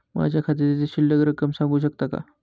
माझ्या खात्यातील शिल्लक रक्कम सांगू शकता का?